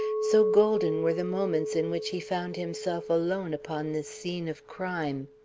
so golden were the moments in which he found himself alone upon this scene of crime.